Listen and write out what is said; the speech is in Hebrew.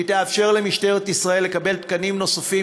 היא תאפשר למשטרת ישראל לקבל תקנים נוספים